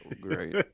Great